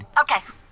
Okay